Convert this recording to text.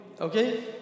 Okay